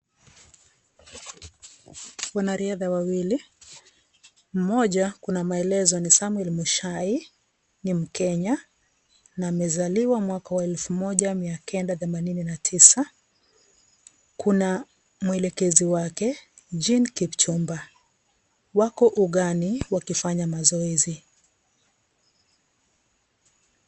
Wanariadha wawili, mmoja kuna maelezo ni Samuel Mushai ni mkenya na amezaliwa mwaka wa 1989,kuna mwelekezi wake Jane Kipchumba, wako ughani wakifanya mazoezi.